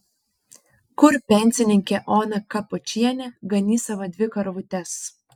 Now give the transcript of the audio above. kur pensininkė ona kapočienė ganys savo dvi karvutes